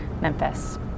Memphis